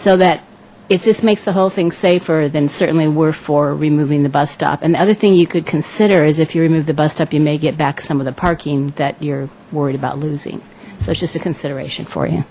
so that if this makes the whole thing safer then certainly were for removing the bus stop and the other thing you could consider is if you remove the bust up you may get back some of the parking that you're worried about losing so it's just a consideration for y